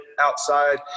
outside